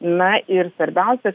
na ir svarbiausia